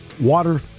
water